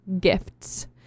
gifts